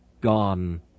Gone